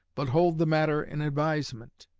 but hold the matter in advisement.